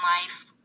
life